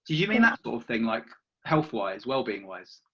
you mean that sort of thing? like health-wise? well-being wise.